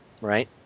right